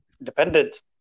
Independent